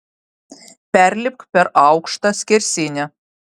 perlipk per aukštą skersinį